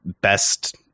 best